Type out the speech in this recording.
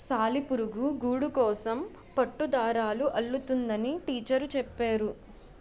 సాలిపురుగు గూడుకోసం పట్టుదారాలు అల్లుతుందని టీచరు చెప్పేరు